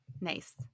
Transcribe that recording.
Nice